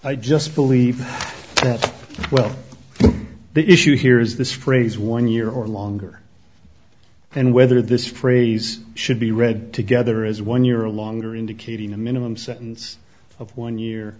i just believe that well the issue here is this phrase one year or longer and whether this phrase should be read together as one year or longer indicating a minimum sentence of one year